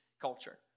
culture